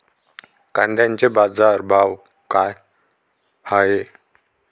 कांद्याचे बाजार भाव का हाये?